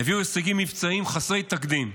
הביאו הישגים מבצעיים חסרי תקדים.